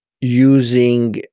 using